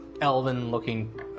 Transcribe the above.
elven-looking